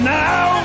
now